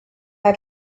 have